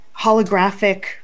holographic